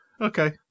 Okay